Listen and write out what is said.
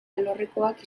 alorrekoak